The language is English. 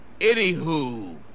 Anywho